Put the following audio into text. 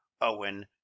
Owen